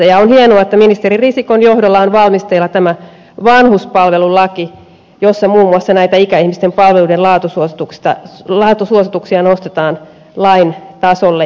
on hienoa että ministeri risikon johdolla on valmisteilla tämä vanhuspalvelulaki jossa muun muassa näitä ikäihmisten palveluiden laatusuosituksia nostetaan lain tasolle